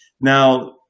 Now